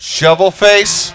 Shovelface